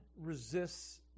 resists